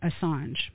Assange